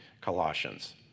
Colossians